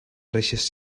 reixes